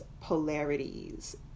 polarities